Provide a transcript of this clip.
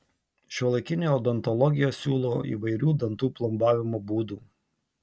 šiuolaikinė odontologija siūlo įvairių dantų plombavimo būdų